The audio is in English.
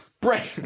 brain